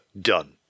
done